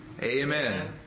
Amen